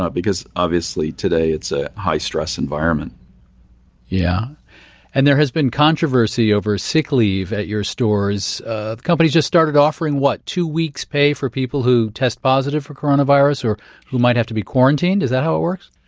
ah because, obviously, today it's a high-stress environment yeah and there has been controversy over sick leave at your stores. the company just started offering, what, two weeks pay for people who test positive for coronavirus or who might have to be quarantined? is that how it works?